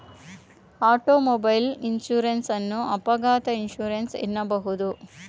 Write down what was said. automobile insurance ಅನ್ನು ಅಪಘಾತ insurance ಎನ್ನಬಹುದು